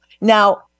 Now